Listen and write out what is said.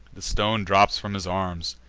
the stone drops from his arms,